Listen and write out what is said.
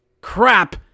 crap